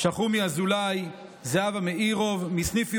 שחומי אזולאי, זהבה מאירוב, מסניף ירושלים,